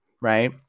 right